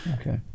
Okay